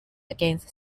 against